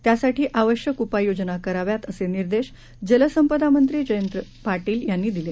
त्यासाठीआवश्यकउपाययोजनाकराव्यात असेनिर्देशजलसंपदामंत्रीजयंतपाटीलयांनीदिले